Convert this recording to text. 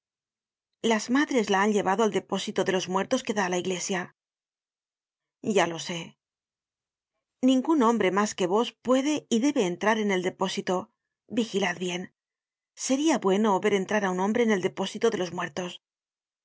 las madres la han llevado al depósito de los muertos que da á la iglesia ya lo sé ningun hombre mas que vos puede y debe entrar en el depósito vigilad bien seria bueno ver entrar á un hombre en el depósito de los muertos